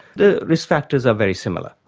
the risk factors are very similar.